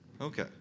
okay